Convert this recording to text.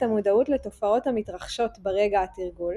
המודעות לתופעות המתרחשות ברגע התרגול,